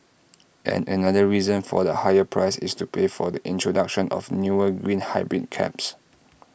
and another reason for the higher price is to pay for the introduction of newer green hybrid cabs